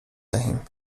دهیم